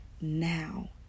now